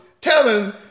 telling